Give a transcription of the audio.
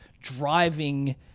driving